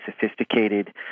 sophisticated